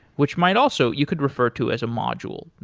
which might also, you could refer to as a modules.